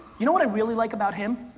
you know what i really like about him?